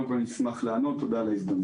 קודם כול, אשמח לענות, תודה על ההזדמנות.